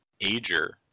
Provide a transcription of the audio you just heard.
Ager